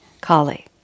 Kali